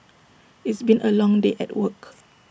it's been A long day at work